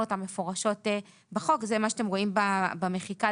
הזכאות הנוספת יעלו על משהו שכתוב בפרק הזה,